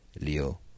Leo